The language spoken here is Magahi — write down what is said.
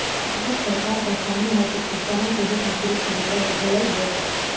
भारत सरकार का कहना है कि किसानों के हित में कृषि बिल लेवल गेलई हे